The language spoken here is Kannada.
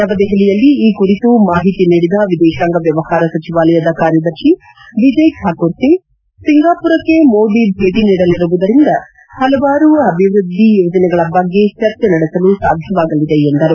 ನವದೆಹಲಿಯಲ್ಲಿ ಈ ಕುರಿತು ಮಾಹಿತ ನೀಡಿದ ವಿದೇಶಾಂಗ ವ್ಯವಹಾರ ಸಚಿವಾಲಯದ ಕಾರ್ಯದರ್ಶಿ ವಿಜಯ್ ಠಾಕೂರ್ ಸಿಂಗ್ ಸಿಂಗಾಪುರಕ್ಕೆ ಮೋದಿ ಭೇಟ ನೀಡಲಿರುವದಿಂದ ಹಲವಾರು ಅಭಿವೃದ್ಧಿ ಯೋಜನೆಗಳ ಬಗ್ಗೆ ಚರ್ಚೆ ನಡೆಸಲು ಸಾಧ್ಯವಾಗಲಿದೆ ಎಂದರು